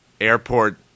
airport